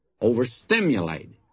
overstimulated